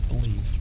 believe